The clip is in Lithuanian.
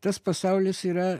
tas pasaulis yra